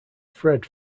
fred